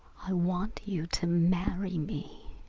i want you to marry me.